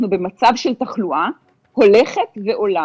אנחנו במצב של תחלואה הולכת ועולה,